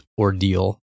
ordeal